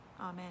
amen